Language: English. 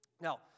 Now